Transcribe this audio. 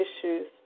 issues